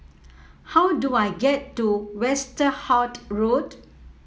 how do I get to Westerhout Road